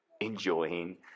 enjoying